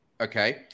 okay